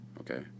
okay